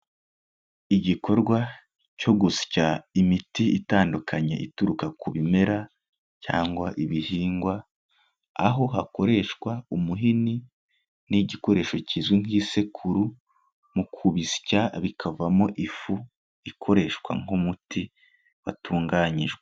Igikorwa cyo gusya imiti itandukanye ituruka ku bimera cyangwa ibihingwa, aho hakoreshwa umuhini n'igikoresho kizwi nk'isekuru mu kubisya bikavamo ifu ikoreshwa nk'umuti watunganyijwe.